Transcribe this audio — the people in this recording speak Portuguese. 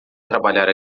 trabalhar